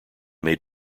made